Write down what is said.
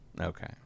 Okay